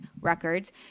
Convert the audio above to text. records